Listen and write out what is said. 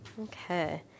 Okay